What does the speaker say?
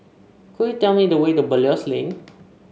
could you tell me the way to Belilios Lane